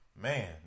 man